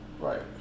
right